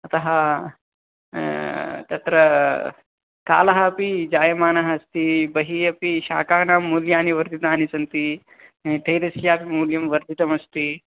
अतः तत्र कालः अपि जायमानः अस्ति बहिः अपि शाकानां मूल्यानि वर्धितानि सन्ति तैलस्यापि मूल्यं वर्धितमस्ति